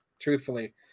truthfully